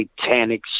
satanic